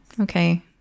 Okay